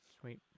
sweet